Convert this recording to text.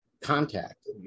contact